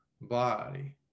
body